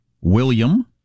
William